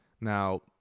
Now